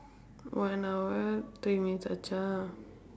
one hour three minutes